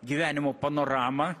gyvenimo panoramą